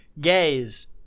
Gaze